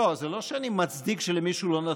לא, זה לא שאני מצדיק את זה שלמישהו לא נתנו.